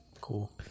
Cool